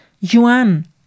yuan